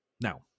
Now